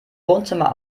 wohnzimmer